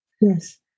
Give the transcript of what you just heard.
Yes